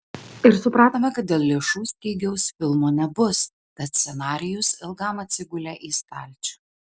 ir supratome kad dėl lėšų stygiaus filmo nebus tad scenarijus ilgam atsigulė į stalčių